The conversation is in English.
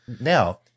now